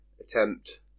attempt